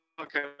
okay